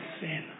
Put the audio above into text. sin